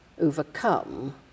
overcome